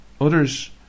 Others